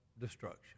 destruction